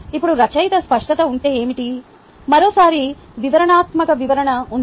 ఇప్పుడు రచయిత స్పష్టత అంటే ఏమిటి మరోసారి వివరణాత్మక వివరణ ఉంది